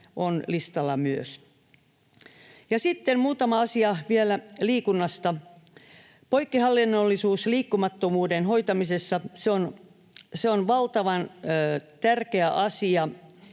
on listalla myös. Sitten muutama asia vielä liikunnasta. Poikkihallinnollisuus liikkumattomuuden hoitamisessa: on valtavan tärkeä asia